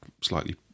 slightly